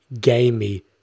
gamey